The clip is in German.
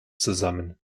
zusammen